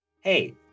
Hey